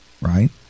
right